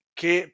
che